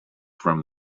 from